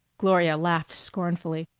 gloria laughed scornfully,